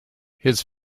his